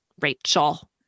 Rachel